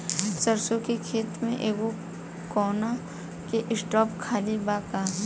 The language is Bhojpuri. सरसों के खेत में एगो कोना के स्पॉट खाली बा का?